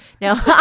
Now